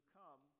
come